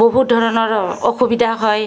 বহুত ধৰণৰ অসুবিধা হয়